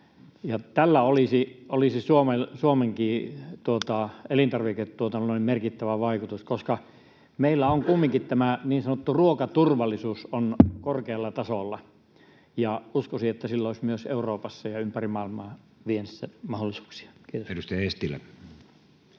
Tällä olisi Suomenkin elintarviketuotantoon merkittävä vaikutus, koska meillä on kumminkin tämä niin sanottu ruokaturvallisuus korkealla tasolla, ja uskoisin, että sillä olisi myös Euroopassa ja ympäri maailmaa viennissä mahdollisuuksia. — Kiitos.